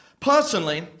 Personally